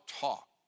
talk